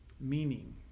meaning